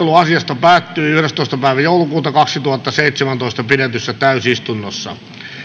asiasta päättyi yhdestoista kahdettatoista kaksituhattaseitsemäntoista pidetyssä täysistunnossa